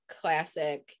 classic